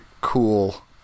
cool